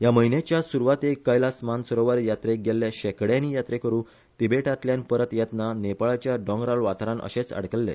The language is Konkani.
ह्या म्हयन्याच्या सुरवातेक कैलास मानसरोवर यात्रेक गेल्ले शेकडयानी यात्रेकरु तिबेटातल्यान परत येतना नेपाळाच्या दोंगराळ वाठारान अशेच आडकल्ले